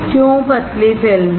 क्यों पतली फिल्म है